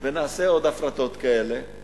ונעשה עוד הפרטות כאלה,